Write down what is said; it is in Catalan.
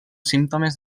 símptomes